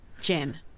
Jen